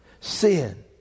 Sin